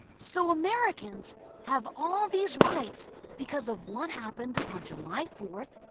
so americans have all these rights because of what happened on july fourth,